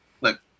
Look